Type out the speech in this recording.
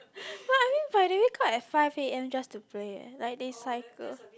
but I mean but they wake up at five a_m just to play eh like they cycle